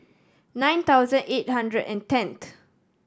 nine thousand eight hundred and tenth